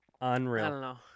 unreal